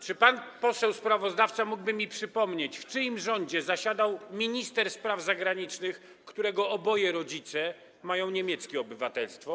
Czy pan poseł sprawozdawca mógłby mi przypomnieć, w czyim rządzie zasiadał minister spraw zagranicznych, którego oboje rodzice mają niemieckie obywatelstwo?